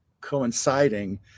coinciding